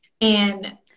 and-